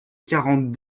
quarante